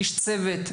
איש צוות,